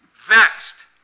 vexed